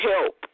help